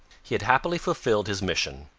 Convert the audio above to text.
he had happily fulfilled his mission.